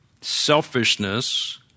selfishness